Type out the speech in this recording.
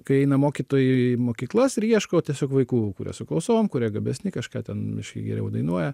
kai eina mokytojai į mokyklas ir ieško tiesiog vaikų kurie su klausom kurie gabesni kažką ten geriau dainuoja